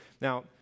Now